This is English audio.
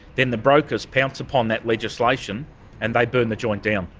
then the brokers pounce upon that legislation and they burn the joint down.